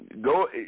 Go